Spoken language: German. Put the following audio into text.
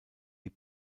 die